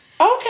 okay